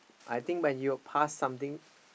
I think when you pass something